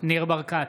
ניר ברקת,